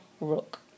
rook